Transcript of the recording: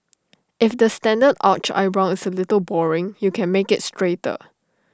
if the standard arched eyebrow is A little boring you can make IT straighter